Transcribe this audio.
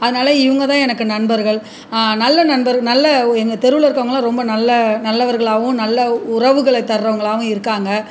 அதனால இவங்க தான் எனக்கு நண்பர்கள் நல்ல நண்பர் நல்ல ஒ எங்கள் தெருவில் இருக்கறவங்கள்லாம் ரொம்ப நல்ல நல்லவர்களாகவும் நல்ல உறவுகளை தர்றவங்களாகவும் இருக்காங்க